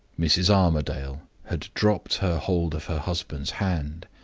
mrs. armadale had dropped her hold of her husband's hand,